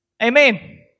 Amen